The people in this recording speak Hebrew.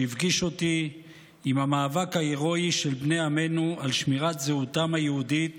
שהפגיש אותי עם המאבק ההירואי של בני עמנו על שמירת זהותם היהודית